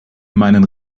meinen